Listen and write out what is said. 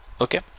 okay